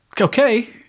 Okay